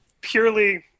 purely